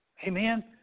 Amen